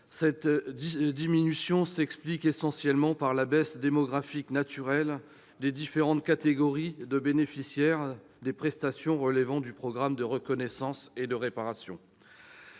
Cette diminution s'explique essentiellement par la baisse démographique naturelle des différentes catégories de bénéficiaires des prestations relevant du programme de reconnaissance et de réparation.